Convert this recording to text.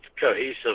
cohesive